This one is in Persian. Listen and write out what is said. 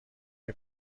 این